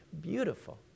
beautiful